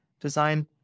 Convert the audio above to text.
design